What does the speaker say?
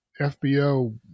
FBO